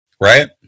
Right